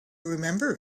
remember